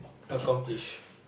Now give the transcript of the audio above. accomplish